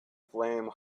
flame